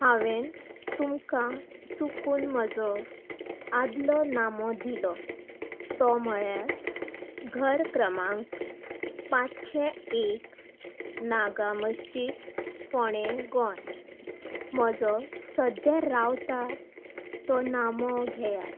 हांवें तुमकां चुकून म्हजो आदलो नामो दिलो तो म्हणल्यार घर क्रमांक पांचशें एक नागा मसजीद फोंडे गोंय म्हजो सद्या रावता तो नामो घेयात